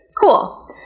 cool